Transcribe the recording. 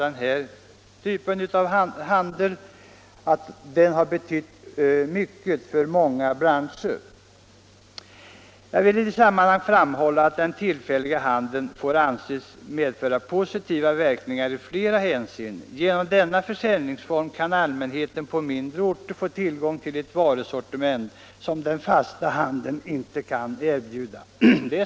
Det har framhållits att den betyder mycket för många branscher. Jag vill i det sammanhanget framhålla att den tillfälliga handeln får anses medföra positiva verkningar i flera hänseenden. Genom denna försäljningsform kan allmänheten på mindre orter få tillgång till ett varusortiment som den fasta handeln inte kan erbjuda.